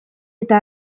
eta